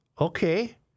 Okay